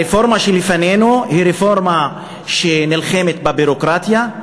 הרפורמה שלפנינו היא רפורמה שנלחמת בביורוקרטיה,